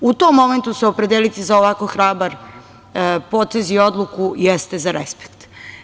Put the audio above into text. U tom momentu se opredeliti za ovako hrabar potez i odluku jeste za respekt.